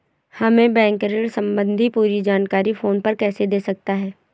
हमें बैंक ऋण संबंधी पूरी जानकारी फोन पर कैसे दे सकता है?